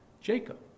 Jacob